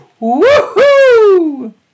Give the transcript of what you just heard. Woohoo